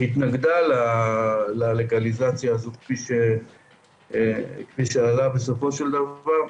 התנגדה ללגליזציה כפי שעלה בסופו של דבר.